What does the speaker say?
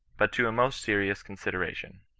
but to a most serious co'iisideration